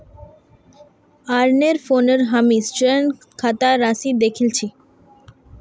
अरनेर फोनत हामी ऋण खातार राशि दखिल छि